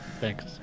Thanks